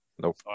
Nope